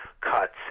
cuts